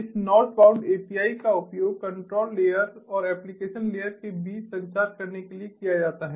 इस northbound API का उपयोग कंट्रोल लेयर और एप्लिकेशन लेयर के बीच संचार करने के लिए किया जाता है